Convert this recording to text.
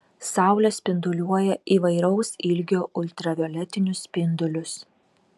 saulė spinduliuoja įvairaus ilgio ultravioletinius spindulius